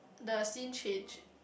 the scene changed